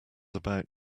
about